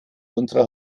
unserer